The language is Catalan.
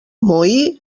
moí